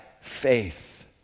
faith